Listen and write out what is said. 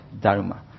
Dharma